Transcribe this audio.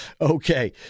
Okay